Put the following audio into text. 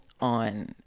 on